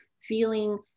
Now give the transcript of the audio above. feeling